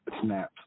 snaps